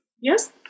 Yes